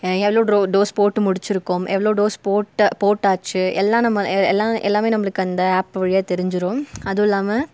எவ்வளோ ட்ரோ டோஸ் போட்டு முடிச்சுருக்கோம் எவ்வளோ டோஸ் போட்ட போட்டாச்சு எல்லாம் நம்ம எல்லாம் எல்லாமே நம்மளுக்கு அந்த ஆப் வழியாக தெரிஞ்சுரும் அதுவும் இல்லாமல்